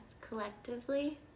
collectively